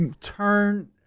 turn